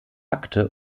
akte